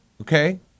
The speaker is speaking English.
okay